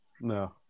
No